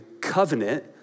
covenant